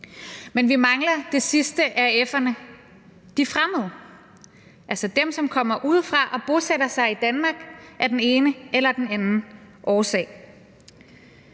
men vi mangler det sidste af f'erne, nemlig de fremmede, altså dem, som kommer udefra og bosætter sig i Danmark af den ene eller den anden årsag.